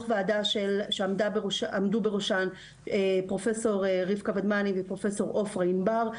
ועדה שעמדו בראשה פרופ' רבקה ודמני ופרופ' עפרה ענבר.